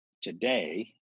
today